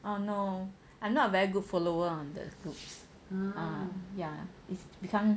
oh no I'm not very good follower on the group ya it's become